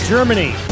Germany